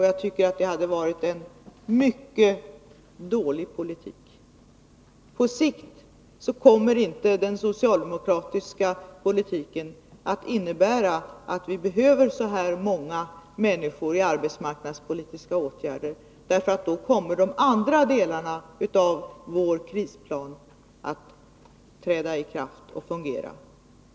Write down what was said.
Jag tycker att det hade varit en mycket dålig politik. På sikt kommer den socialdemokratiska politiken att innebära att vi inte behöver ha så här många människor sysselsatta genom arbetsmarknadspolitiska åtgärder, därför att då kommer de andra delarna av vår krisplan att träda i kraft och fungera.